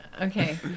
Okay